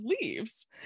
leaves